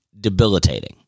debilitating